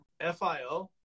F-I-O